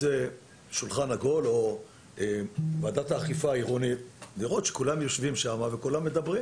זה שולחן עגול או ועדת אכיפה עירונית כדי לראות שכולם יושבים שם ומדברים